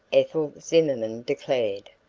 ethel zimerman declared.